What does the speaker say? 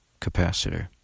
capacitor